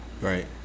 Right